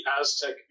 Aztec